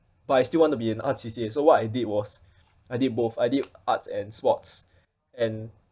but I still want to be in arts C_C_A so what I did was I did both I did arts and sports and